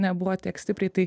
nebuvo tiek stipriai tai